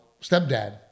stepdad